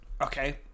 Okay